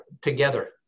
together